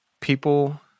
people